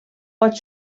pot